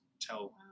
tell